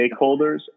stakeholders